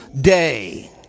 day